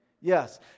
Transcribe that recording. Yes